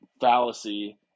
fallacy